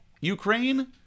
Ukraine